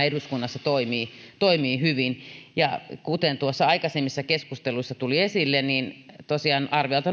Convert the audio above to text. eduskunnassa toimii toimii hyvin kuten tuossa aikaisemmissa keskusteluissa tuli esille tosiaan arviolta